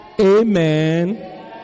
amen